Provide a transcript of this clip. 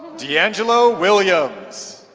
deangelo williams